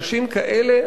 אנשים כאלה,